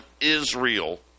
Israel